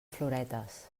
floretes